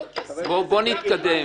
בואו נתקדם.